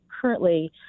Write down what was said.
currently